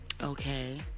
okay